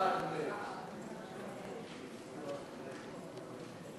ההצעה להעביר את הצעת חוק חוזה הביטוח (תיקון,